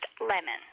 lemon